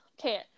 okay